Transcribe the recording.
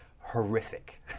horrific